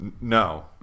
No